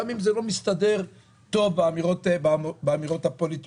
גם אם זה לא מסתדר טוב באמירות הפוליטיות.